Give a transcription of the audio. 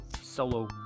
solo